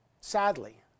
sadly